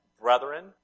Brethren